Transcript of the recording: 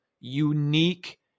unique